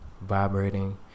vibrating